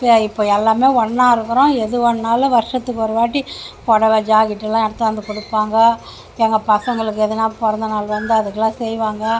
ஏன் இப்போ எல்லாருமே ஒன்றா இருக்கிறோம் எதுவானாலும் வருஷத்துக்கு ஒரு வாட்டி புடவை ஜாக்கெட்டெலாம் எடுத்தாந்து கொடுப்பாங்கள் எங்கள் பசங்களுக்கு எதுனா பிறந்தநாள் வந்தால் அதுக்கெலாம் செய்வாங்க